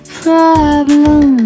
problem